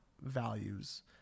values